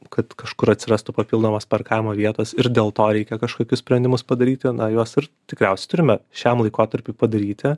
kad kažkur atsirastų papildomos parkavimo vietos ir dėl to reikia kažkokius sprendimus padaryti na juos ir tikriausiai turime šiam laikotarpiui padaryti